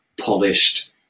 polished